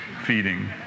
feeding